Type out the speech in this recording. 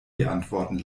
beantworten